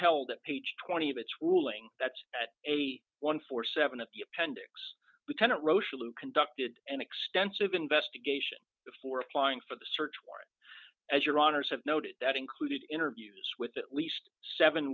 held that page twenty of its ruling that's at a one for seven at the appendix dependent rochelle who conducted an extensive investigation before applying for the search warrant as your honour's have noted that included interviews with at least seven